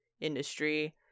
industry